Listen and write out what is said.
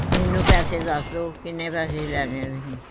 ਮੈਨੂੰ ਪੈਸੇ ਦੱਸ ਦਿਓ ਕਿੰਨੇ ਪੈਸੇ ਲੈਣੇ ਤੁਸੀਂ